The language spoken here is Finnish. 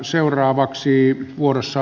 arvoisa puhemies